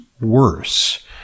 worse